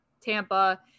Tampa